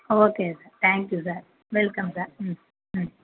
okay sir thank you sir welcome sir hmm ம்